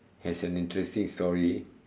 has an interesting story